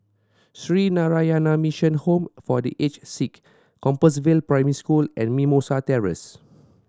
Sree Narayana Mission Home for The Aged Sick Compassvale Primary School and Mimosa Terrace